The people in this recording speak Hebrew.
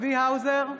צבי האוזר,